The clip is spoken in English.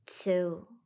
two